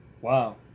Wow